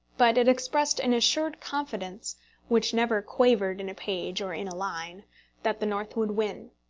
but it expressed an assured confidence which never quavered in a page or in a line that the north would win.